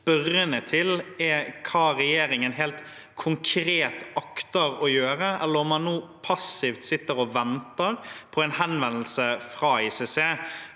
spørrende til, er hva regjeringen helt konkret akter å gjøre, eller om man nå passivt sitter og venter på en henvendelse fra ICC.